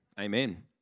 amen